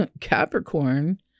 Capricorn